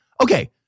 Okay